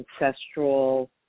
ancestral